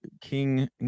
king